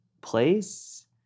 place